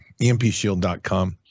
EMPShield.com